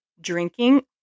drinking